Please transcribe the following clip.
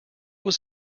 was